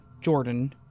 Jordan